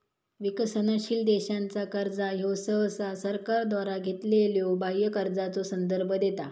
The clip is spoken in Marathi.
विकसनशील देशांचा कर्जा ह्यो सहसा सरकारद्वारा घेतलेल्यो बाह्य कर्जाचो संदर्भ देता